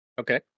Okay